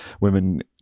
women